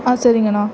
ஆ சரிங்கண்ணா